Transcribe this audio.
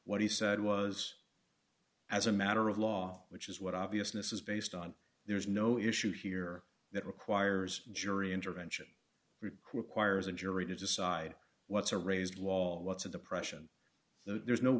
what he said was as a matter of law which is what obviousness is based on there's no issue here that requires jury intervention requires a jury to decide what's a raised law what's of depression there's no